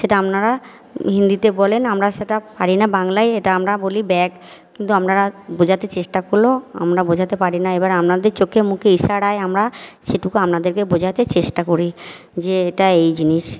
সেটা আপনারা হিন্দিতে বলেন আমরা সেটা পারি না বাংলায় এটা আমরা বলি ব্যাগ কিন্তু আপনারা বোঝাতে চেষ্টা কোল্লেও আমরা বোঝাতে পারি না এবার আমাদের চোখে মুখে ইশারায় আমরা সেটুকু আপনাদেরকে বোঝাতে চেষ্টা করি যে এটা এই জিনিস